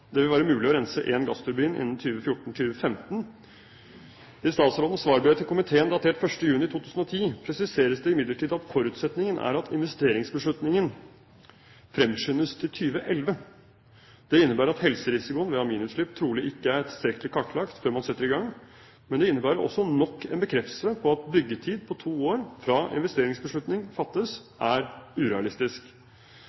det vil være mulig å rense én gassturbin innen 2014–2015. I statsrådens svarbrev til komiteen datert 1. juni 2010 presiseres det imidlertid at forutsetningen er at investeringsbeslutningen fremskyndes til 2011. Det innebærer at helserisikoen ved aminutslipp trolig ikke er tilstrekkelig kartlagt før man setter i gang, men det innebærer også nok en bekreftelse på at byggetid på to år fra investeringsbeslutningen fattes,